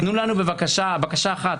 תנו לנו בבקשה בקשה אחת.